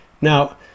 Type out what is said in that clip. Now